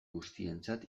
guztientzat